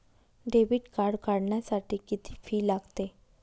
Debit card काढण्यासाठी किती fee लागते?